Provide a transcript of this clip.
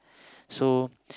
so